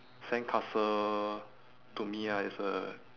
sandcastle to me ah is a